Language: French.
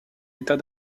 état